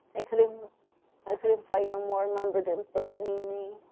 i couldn't um i couldn't fight no more. i remember them threatening me